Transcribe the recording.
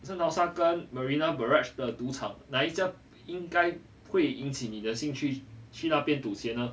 圣淘沙跟 marina barrage 的赌场哪一家应该会引起你的兴趣去那边赌钱呢